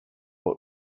what